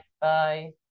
Bye